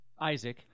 Isaac